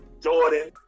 Jordan